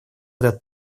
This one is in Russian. этот